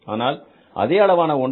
ஆனால் அதே அளவான 1